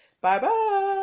Bye-bye